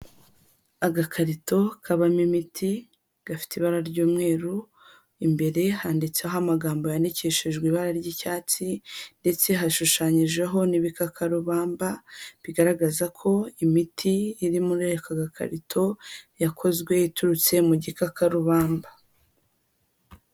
Agakarito kabamo imiti gafite ibara ry'umweru, imbere handitseho amagambo yandikishijwe ibara ry'icyatsi, ndetse hashushanyijeho n'ibikakarubamba bigaragaza ko imiti iri muri aka gakarito yakozwe iturutse mu gikakarubamba.